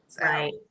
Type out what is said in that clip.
Right